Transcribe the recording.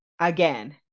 again